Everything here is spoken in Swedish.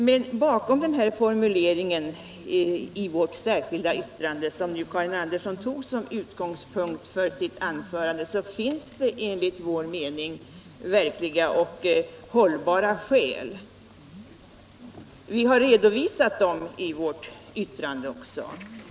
Men bakom den här formuleringen i vårt särskilda yttrande, som nu Karin Andersson tog som utgångspunkt för sitt anförande, finns det enligt vår mening verkliga och hållbara skäl, och vi har också redovisat ett par exempel i vårt yttrande.